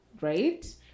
right